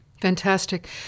Fantastic